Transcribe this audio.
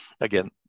Again